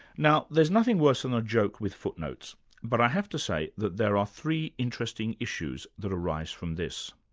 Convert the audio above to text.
now there's nothing worse than a joke with footnotes but i have to say that there are three interesting issues that arise from this.